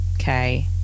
Okay